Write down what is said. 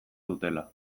dutela